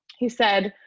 he said,